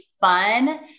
fun